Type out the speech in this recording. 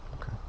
Okay